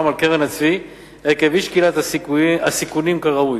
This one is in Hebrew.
על קרן הצבי עקב אי-שקילת הסיכונים כראוי.